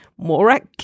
Morak